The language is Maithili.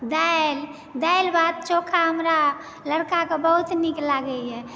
दालि दालि भात चोखा हमरा लड़काकऽ बहुत नीक लागैए